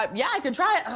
um yeah i could try. ah,